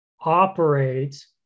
operates